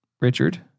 Richard